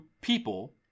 people